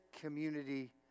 community